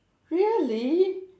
really